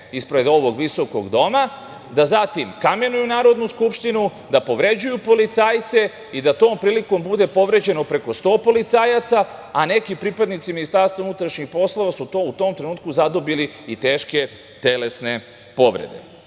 ispred ovog visokog doma, da zatim kamenuju Narodnu skupštinu, da povređuju policajce i da tom prilikom bude povređeno preko 100 policajaca, a neki pripadnici Ministarstva unutrašnjih poslova su u tom trenutku zadobili i teške telesne povrede. Sama